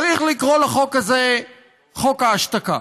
צריך לקרוא לחוק הזה חוק ההשתקה,